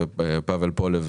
ופבל פולב,